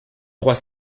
trois